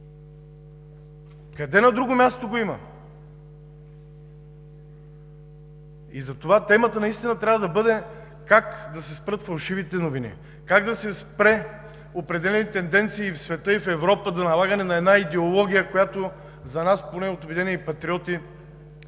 Къде на друго място го има? И затова темата наистина трябва да бъде как да се спрат фалшивите новини, как да се спрат определени тенденции в света и в Европа за налагане на една идеология, която за нас от „Обединени патриоти“